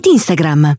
Instagram